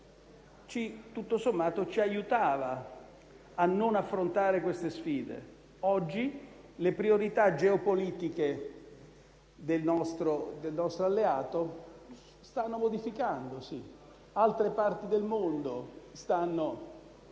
ci aiutava a non affrontare queste sfide. Oggi le priorità geopolitiche del nostro alleato stanno modificandosi. Altre parti del mondo stanno acquistando